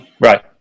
Right